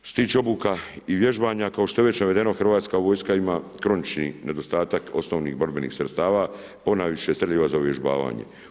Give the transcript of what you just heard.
Što st tiče obuka i vježbanja kao što je već navedeno, hrvatska vojska ima kronični nedostatak osnovnih borbenih sredstava, ponajviše streljiva za uvježbavanje.